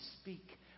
speak